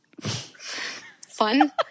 Fun